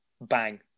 bang